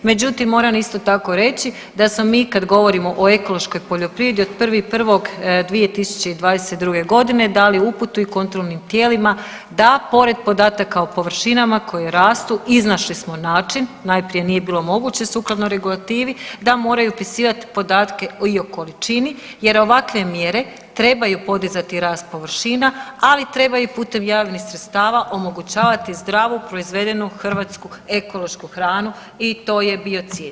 Međutim, moram isto tako reći da samo mi kada govorimo o ekološkoj poljoprivredi od 1.1.2022.g. dali uputu i kontrolnim tijelima da pored podataka o površinama koje rastu iznašli smo način, najprije nije bilo moguće sukladno regulativi da moraju upisivati podatke i o količini jer ovakve mjere trebaju podizati rast površina, ali treba i putem javnih sredstava omogućavati zdravu proizvedenu hrvatsku ekološku hranu i to je bio cilj.